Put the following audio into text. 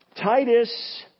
Titus